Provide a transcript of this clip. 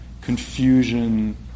confusion